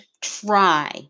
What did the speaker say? try